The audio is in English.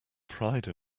pride